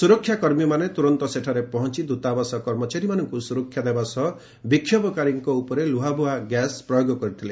ସୁରକ୍ଷାକର୍ମୀମାନେ ତୁରନ୍ତ ସେଠାରେ ପହଞ୍ଚ ଦୂତାବାସ କର୍ମଚାରୀମାନଙ୍କୁ ସୁରକ୍ଷା ଦେବା ସହ ବିକ୍ଷୋଭକାରୀଙ୍କ ଉପରେ ଲୁହବୁହା ଗ୍ୟାସ୍ ପ୍ରୟୋଗ କରିଥିଲେ